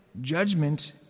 Judgment